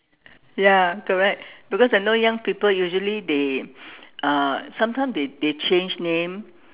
ya correct because I know young people usually they uh sometimes they they change name